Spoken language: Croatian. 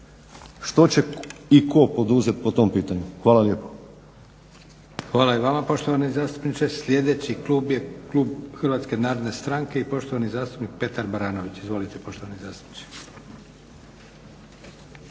što će i tko poduzeti po tom pitanju. Hvala lijepo.